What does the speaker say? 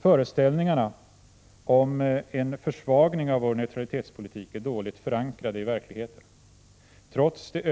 Föreställningarna om en försvagning av vår neutralitetspolitik är dåligt förankrade i verkligheten. Trots det